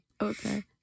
Okay